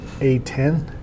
A10